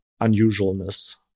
unusualness